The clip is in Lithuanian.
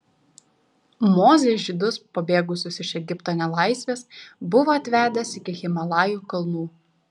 mozė žydus pabėgusius iš egipto nelaisvės buvo atvedęs iki himalajų kalnų